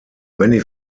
many